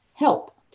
Help